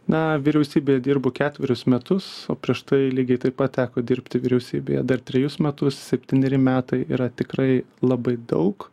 na vyriausybėj dirbu ketverius metus o prieš tai lygiai taip pat teko dirbti vyriausybėje dar trejus metus septyneri metai yra tikrai labai daug